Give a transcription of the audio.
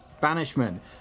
Banishment